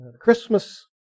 Christmas